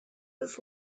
was